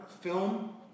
film